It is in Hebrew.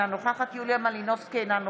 אינה נוכחת יוליה מלינובסקי קונין,